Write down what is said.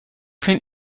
print